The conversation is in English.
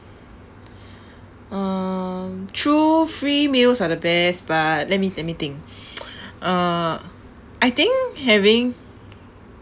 um true free meals are the best but let me let me think uh I think having